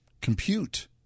compute